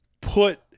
put